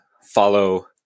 follow